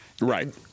Right